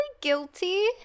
guilty